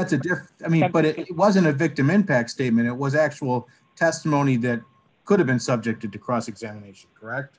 it's a deer i mean but it wasn't a victim impact statement it was actual testimony that could have been subjected to cross examination correct